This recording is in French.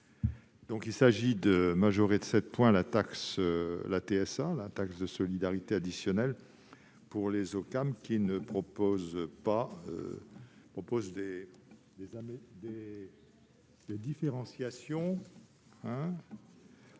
Il s'agit ici de majorer de 7 points la taxe de solidarité additionnelle, la TSA, pour les OCAM qui proposent des différenciations,